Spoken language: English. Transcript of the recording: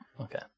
Okay